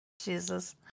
Jesus